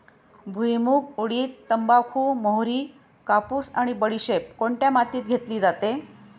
भुईमूग, उडीद, तंबाखू, मोहरी, कापूस आणि बडीशेप कोणत्या मातीत घेतली जाते?